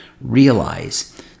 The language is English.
realize